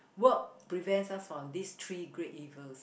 work prevents us from these three great evils